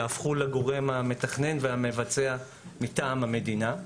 רט"ג יהפכו לגורם המתכנן והמבצע מטעם המדינה.